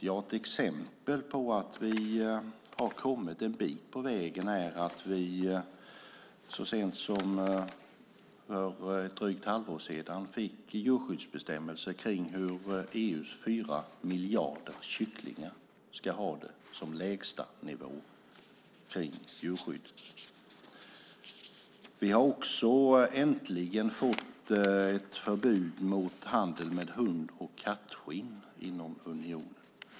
Ja, ett exempel på att vi har kommit en bit på vägen är att vi så sent som för ett drygt halvår sedan fick djurskyddsbestämmelser om hur EU:s fyra miljarder kycklingar ska ha det som lägsta nivå. Vi har också äntligen fått ett förbud mot handel med hund och kattskinn inom unionen.